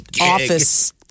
office